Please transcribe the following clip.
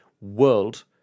World